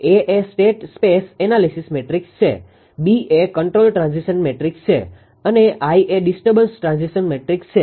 A એ state transition matrix છે B એ કન્ટ્રોલ ટ્રાન્ઝીશન મેટ્રીક્સ છે અને એ ડિસ્ટર્બન્સ ટ્રાન્ઝીશન મેટ્રીક્સ છે